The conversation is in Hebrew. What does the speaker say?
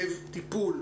יתבהר.